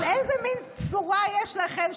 אז איזו מין צורה יש לכם,